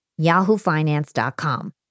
yahoofinance.com